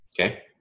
okay